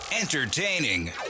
Entertaining